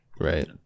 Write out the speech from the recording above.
right